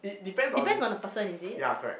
depends on the person is it